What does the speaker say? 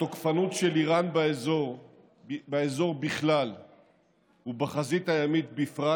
התוקפנות של איראן באזור בכלל ובחזית הימית בפרט